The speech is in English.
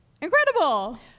Incredible